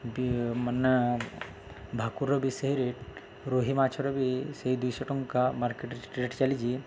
ବି ମାନେ ଭାକୁରର ବି ସେହି ରେଟ୍ ରୋହି ମାଛର ବି ସେଇ ଦୁଇଶହ ଟଙ୍କା ମାର୍କେଟ୍ରେ ରେଟ୍ ଚାଲିଛି